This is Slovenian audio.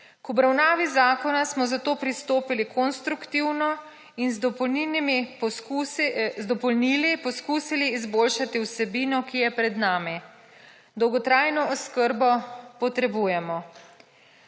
K obravnavi zakona smo, zato pristopili konstruktivno in z dopolnili poskusili izboljšali vsebino, ki je pred nami. Dolgotrajno oskrbo potrebujemo.